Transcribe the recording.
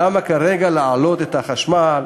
למה כרגע להעלות את מחירי החשמל,